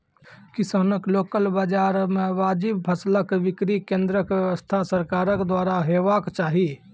किसानक लोकल बाजार मे वाजिब फसलक बिक्री केन्द्रक व्यवस्था सरकारक द्वारा हेवाक चाही?